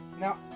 Now